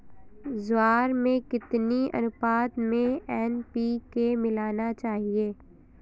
ज्वार में कितनी अनुपात में एन.पी.के मिलाना चाहिए?